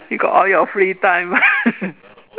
you got all your free time